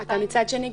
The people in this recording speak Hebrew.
מצד שני,